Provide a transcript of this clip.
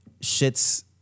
shit's